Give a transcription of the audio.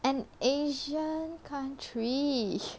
an asian country